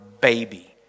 baby